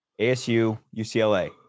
ASU-UCLA